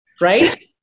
right